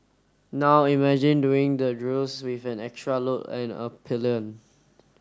now imagine doing the drills with an extra load and a pillion